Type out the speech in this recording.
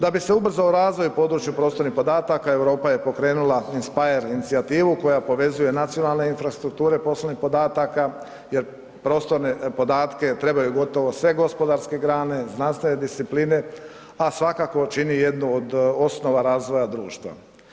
Da bi se ubrzao razvoj u području prostornih podataka Europa je pokrenula INSPIRE inicijativu koja povezuje nacionalne infrastrukture poslovnih podataka jer prostorne podatke trebaju gotovo sve gospodarske grane, znanstvene discipline, a svakako čini jednu od osnova razvoja društva.